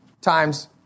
times